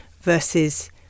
versus